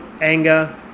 anger